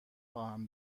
خواهم